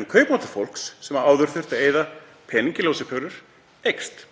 en kaupmáttur fólks, sem áður þurfti að eyða pening í ljósaperur, eykst.